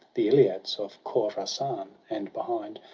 the ilyats of khorassan and behind,